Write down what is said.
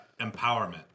Empowerment